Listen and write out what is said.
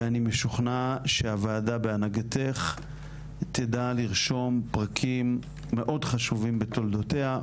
ואני משוכנע שהוועדה בהנהגתך תדע לרשום פרקים מאוד חשובים בתולדותיה,